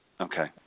Okay